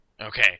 Okay